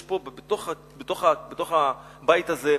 יש פה, בתוך הבית הזה,